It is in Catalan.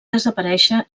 desaparèixer